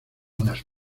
unas